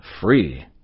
free